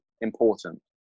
important